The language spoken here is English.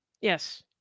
Yes